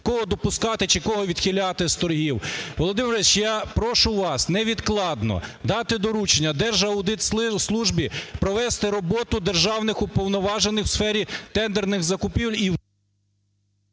кого допускати чи кого відхиляти з торгів. Володимир Борисович, я прошу вас невідкладно дати дорученняДержаудитслужбі провести роботу державних уповноважених в сфері тендерних закупівель…